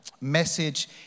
message